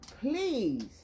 please